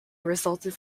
resulted